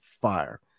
fire